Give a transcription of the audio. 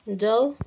जाऊ